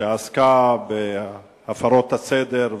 שעסקה בהפרות סדר,